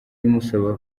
imusaba